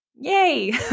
yay